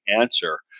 answer